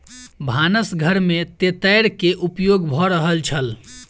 भानस घर में तेतैर के उपयोग भ रहल छल